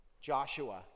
Joshua